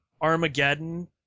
Armageddon